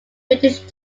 british